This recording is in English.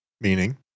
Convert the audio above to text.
Meaning